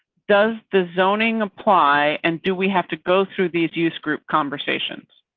does the zoning apply and do we have to go through these use group conversations?